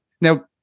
Now